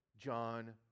John